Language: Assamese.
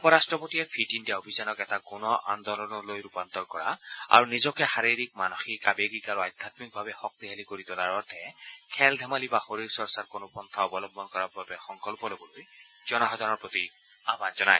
উপ ৰাট্টপতিয়ে ফিট ইণ্ডিয়া অভিযানক এটা গণ আন্দোলনলৈ ৰূপান্তৰ কৰা আৰু নিজকে শাৰীৰিক মানসিক আৱেগিক আৰু আধ্যাম্মিকভাৱে শক্তিশালী কৰি তোলাৰ অৰ্থে খেল ধেমালি বা শৰীৰ চৰ্চাৰ কোনো পন্থা অৱলম্বন কৰাৰ বাবে সংকল্প ল বলৈ জনসাধাৰণৰ প্ৰতি আহান জনায়